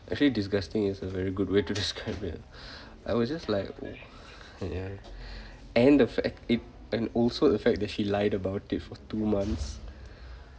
actually disgusting is a very good way to describe it I was just like ya and the fact it and also the fact that she lied about it for two months